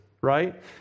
right